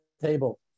table